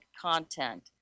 content